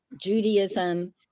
Judaism